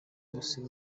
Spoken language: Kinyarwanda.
yose